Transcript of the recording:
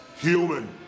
human